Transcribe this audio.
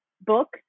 book